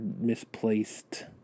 misplaced